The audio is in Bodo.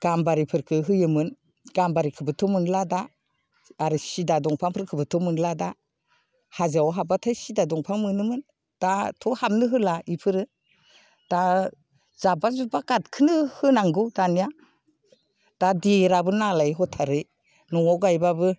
गाम्बारिफोरखौ होयोमोन गाम्बारिफोरबोथ' मोनला दा आरो सिदा दंफांफोरखौबोथ' मोनला दा हाजोआव हाब्बाथाय सिदा दंफां मोनोमोन दाथ' हाबनो होला बेफोरो दा जाब्बा जुब्बा काटखौनो होनांगौ दानिया दा देराबो नालाय हथारै न'वाव गायबाबो